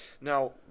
Now